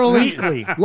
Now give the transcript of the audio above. weekly